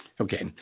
Okay